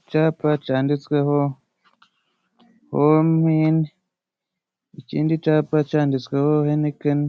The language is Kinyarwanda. Icyapa cyanditsweho Homini, ikindi cyapa cyanditsweho Henikeni,